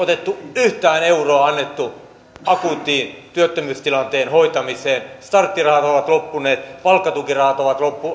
edelleen yhtään euroa annettu akuutin työttömyystilanteen hoitamiseen starttirahat ovat loppuneet palkkatukirahat ovat